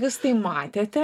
jūs tai matėte